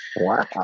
Wow